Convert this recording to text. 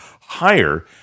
higher